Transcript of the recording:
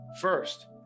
first